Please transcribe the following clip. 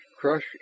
crush